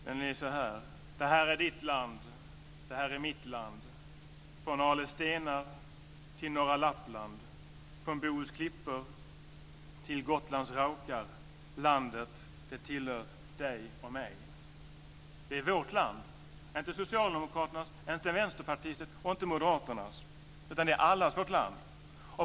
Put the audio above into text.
Texten är så här: Det här är ditt land, det här är mitt land, från Ales stenar till norra Lappland, från Bohus klippor till Gotlands raukar. Landet, det tillhör dig och mig. Det är vårt land, inte Socialdemokraternas, inte Vänsterpartiets och inte Moderaternas. Det är allas vårt land.